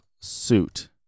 suit